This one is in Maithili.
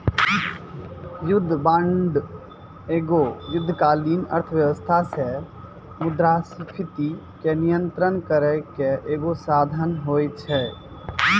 युद्ध बांड एगो युद्धकालीन अर्थव्यवस्था से मुद्रास्फीति के नियंत्रण करै के एगो साधन होय छै